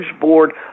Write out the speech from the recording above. Board